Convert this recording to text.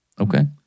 Okay